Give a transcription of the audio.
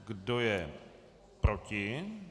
Kdo je proti?